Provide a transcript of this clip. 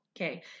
Okay